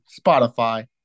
Spotify